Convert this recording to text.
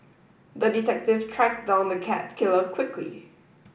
the detective tracked down the cat killer quickly